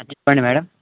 చెప్పండి మేడమ్